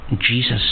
Jesus